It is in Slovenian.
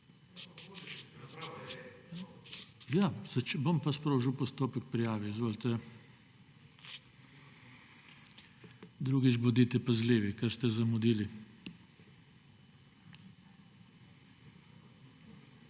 Bom pa sprožil postopek prijave. Izvolite. Drugič pa bodite pazljivi, ker ste zamudili.